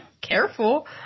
Careful